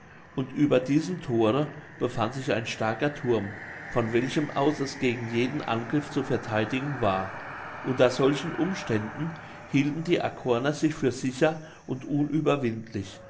und über diesem thore befand sich ein starker thurm von welchem aus es gegen jeden angriff zu vertheidigen war unter solchen umständen hielten die arkoner sich für sicher und unüberwindlich